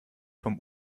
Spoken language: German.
vom